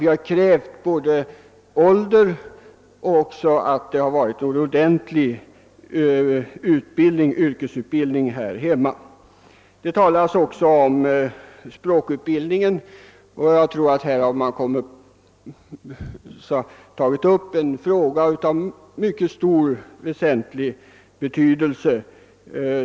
Vi har i fråga om denna krävt såväl högre ålder som ordentlig yrkesutbildning i hemlandet. Det har också talats om språkutbildningen. Här tror jag att man tagit upp en fråga av väsentlig betydelse.